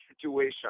situation